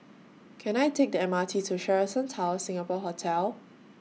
Can I Take The M R T to Sheraton Towers Singapore Hotel